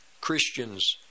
Christians